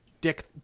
Dick